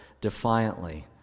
defiantly